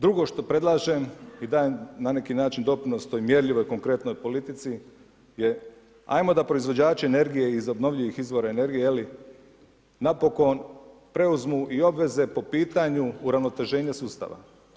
Drugo što predlažem i dajem na neki način doprinos toj mjerljivoj konkretnoj politici je ajmo da proizvođači energije iz obnovljivih izvora energije napokon preuzmu i obveze po pitanju uravnoteženja sustava.